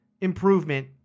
improvement